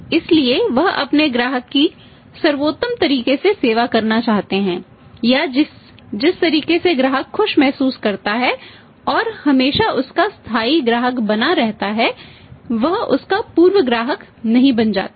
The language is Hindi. इसलिए वह अपने ग्राहक की सर्वोत्तम तरीके से सेवा करना चाहता है या जिस तरीके से ग्राहक खुश महसूस करता है और हमेशा उसका स्थायी ग्राहक बना रहता है वह उसका पूर्व ग्राहक नहीं बन जाता है